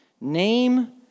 name